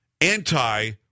anti